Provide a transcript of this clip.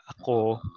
ako